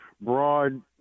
broad